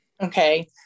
Okay